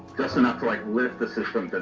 just enough to like lift the system